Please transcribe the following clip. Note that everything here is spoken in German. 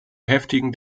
heftigen